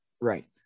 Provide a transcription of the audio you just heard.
Right